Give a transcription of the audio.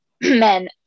men